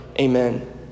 Amen